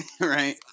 Right